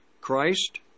Christ